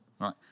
right